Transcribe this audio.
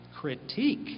critique